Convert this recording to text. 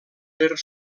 per